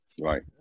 Right